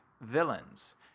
villains